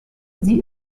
sie